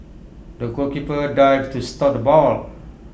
the goalkeeper dived to stop the ball